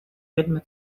ritme